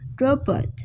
Robot